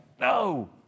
No